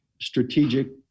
strategic